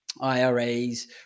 IRAs